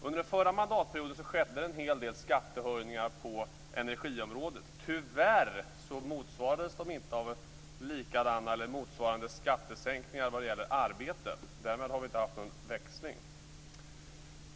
Under den förra mandatperioden skedde en hel del skattehöjningar på energiområdet. Tyvärr motsvarades de inte av likadana skattesänkningar vad gäller arbete. Därmed har vi inte haft någon växling.